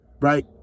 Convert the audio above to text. right